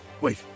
wait